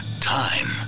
time